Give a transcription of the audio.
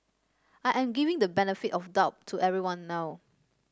I am giving the benefit of the doubt to everyone know